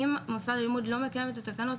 אם מוסד הלימוד לא מקיים את התקנות,